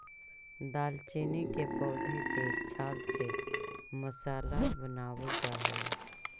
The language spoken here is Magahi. दालचीनी के पौधे के छाल से मसाला बनावाल जा हई